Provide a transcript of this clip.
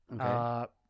Okay